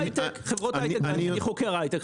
אני הייתי חוקר הייטק,